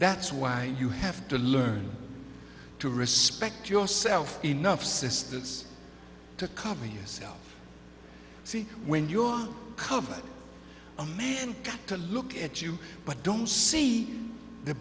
that's why you have to learn to respect yourself enough assistance to cover yourself when your cover a man to look at you but don't see the